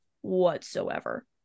whatsoever